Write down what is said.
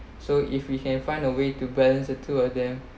so if we can find a way to balance the two of them